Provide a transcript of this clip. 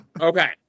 Okay